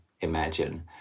imagine